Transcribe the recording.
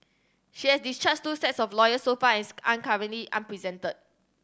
she has discharged two sets of lawyers so far as currently unrepresented